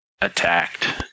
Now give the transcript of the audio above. attacked